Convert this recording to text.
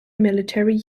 military